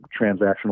transactional